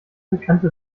bekannte